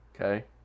Okay